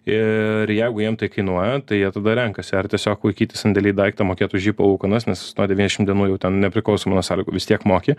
ir jeigu jiem tai kainuoja tai jie tada renkasi ar tiesiog laikyti sandėly daiktą mokėt už jį palūkanas nes nuo devyniasdešim dienų jau ten nepriklausomai nuo sąlygų vis tiek moki